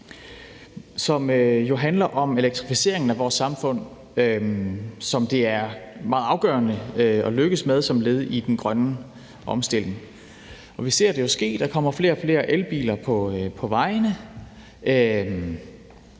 jo handler om elektrificeringen af vores samfund, som det er meget afgørende at vi lykkes med som led i den grønne omstilling. Vi ser det jo ske. Der kommer flere og flere elbiler på vejene,